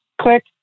click